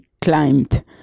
climbed